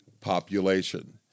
population